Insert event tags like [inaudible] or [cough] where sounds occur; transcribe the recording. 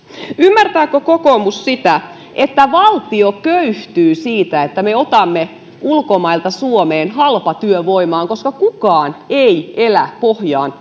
ymmärtääkö kokoomus sitä että valtio köyhtyy siitä että me otamme ulkomailta suomeen halpatyövoimaa koska kukaan ei elä pohjaan [unintelligible]